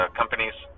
companies